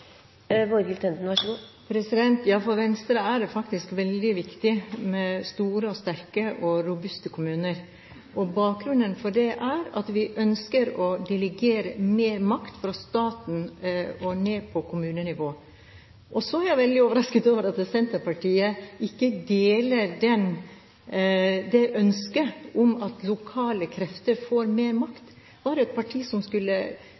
robuste kommuner, og bakgrunnen for det er at vi ønsker å delegere mer makt fra staten og ned på kommunenivå. Jeg er veldig overrasket over at Senterpartiet ikke deler det ønsket om at lokale krefter får mer makt. Var det et parti som skulle